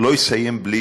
לא אסיים בלי